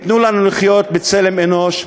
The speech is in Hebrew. תנו לנו לחיות בצלם אנוש.